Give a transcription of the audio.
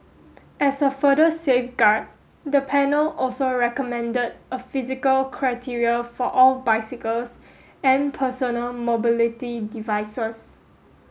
as a further safeguard the panel also recommended a physical criteria for all bicycles and personal mobility devices